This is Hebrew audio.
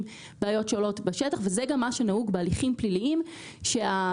בעיות שעולות בשטח וזה גם מה שנהוג בהליכים פליליים שהמשמעות